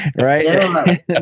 right